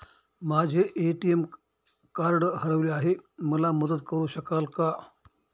माझे ATM card हरवले आहे, मला मदत करु शकाल का?